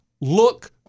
look